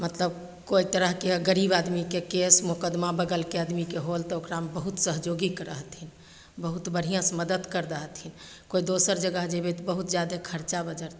मतलब कोइ तरहके गरीब आदमीके केस मोकदमा बगलके आदमीके होल तऽ ओकरामे बहुत सहजोगीके रहथिन बहुत बढ़िआँसे मदति करि दै हथिन कोइ दोसर जगह जेबै तऽ बहुत जादे खरचा बजरतै